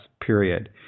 period